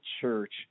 church